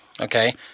okay